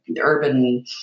urban